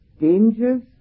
dangers